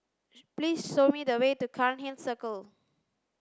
please show me the way to Cairnhill Circle